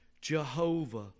Jehovah